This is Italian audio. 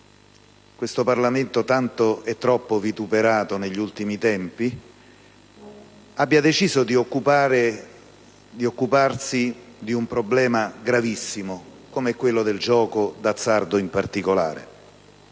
questo Parlamento - tanto e troppo vituperato negli ultimi tempi - abbia deciso di occuparsi di un problema gravissimo come quello del gioco e, in particolare,